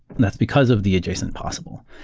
and that's because of the adjacent possible.